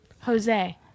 Jose